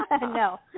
No